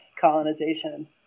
colonization